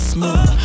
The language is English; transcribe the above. Smooth